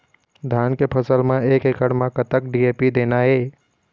धान के फसल म एक एकड़ म कतक डी.ए.पी देना ये?